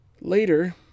Later